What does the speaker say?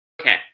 Okay